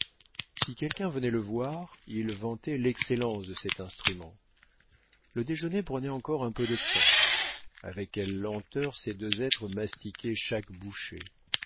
si quelqu'un venait le voir il vantait l'excellence de cet instrument le déjeuner prenait encore un peu de temps avec quelle lenteur ces deux êtres mastiquaient chaque bouchée